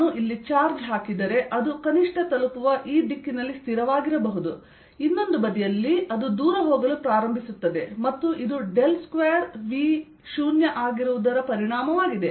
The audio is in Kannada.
ನಾನು ಇಲ್ಲಿ ಚಾರ್ಜ್ ಹಾಕಿದರೆ ಅದು ಕನಿಷ್ಟ ತಲುಪುವ ಈ ದಿಕ್ಕಿನಲ್ಲಿ ಸ್ಥಿರವಾಗಿರಬಹುದು ಇನ್ನೊಂದು ಬದಿಯಲ್ಲಿ ಅದು ದೂರ ಹೋಗಲು ಪ್ರಾರಂಭಿಸುತ್ತದೆ ಮತ್ತು ಇದು ಡೆಲ್ ಸ್ಕ್ವೇರ್ V 0 ಆಗಿರುವುದರ ಪರಿಣಾಮವಾಗಿದೆ